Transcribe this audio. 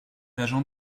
agent